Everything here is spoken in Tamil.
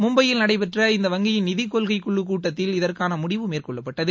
மும்பையில் நடைபெற்ற இந்த வங்கியின் நிதிக் கொள்கை குழு கூட்டத்தில் இதற்கான முடிவு மேற்கொள்ளப்பட்டது